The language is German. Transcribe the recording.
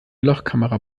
lochkamera